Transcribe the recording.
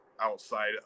outside